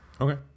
Okay